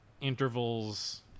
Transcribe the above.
intervals